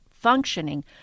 functioning